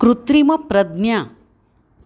कृत्रिमप्रज्ञा